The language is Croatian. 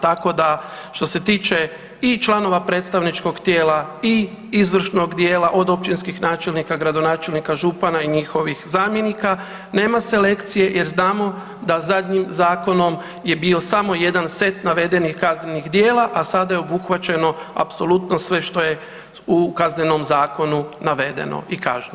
Tako da što se tiče i članova predstavničkog tijela i izvršnog dijela od općinskih načelnika, gradonačelnika, župana i njihovih zamjenika nema selekcije jer znamo da zadnjim zakonom je bio samo jedan set navedenih kaznenih djela, a sada je obuhvaćeno apsolutno sve što je u Kaznenom zakonu navedeno i kažnjivo.